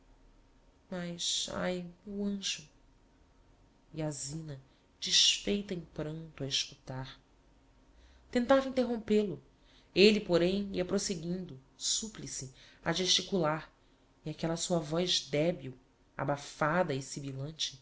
ai meu anjo e a zina desfeita em pranto a escutar tentava interrompêl o elle porém ia proseguindo supplice a gesticular e aquella sua voz debil abafada e